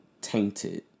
tainted